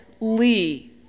Lee